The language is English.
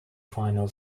final